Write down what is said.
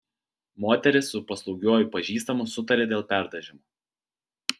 moteris su paslaugiuoju pažįstamu sutarė dėl perdažymo